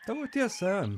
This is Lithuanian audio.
tavo tiesa